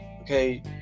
okay